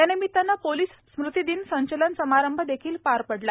यानिमित्ताने पोलिस स्मृतिदिन संचलन समारंभ देखील पार पडला